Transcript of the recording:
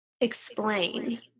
explain